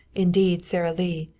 indeed sara lee,